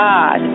God